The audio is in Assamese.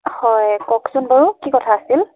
হয় কওকচোন বাৰু কি কথা আছিল